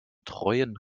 treuen